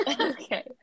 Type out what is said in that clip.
Okay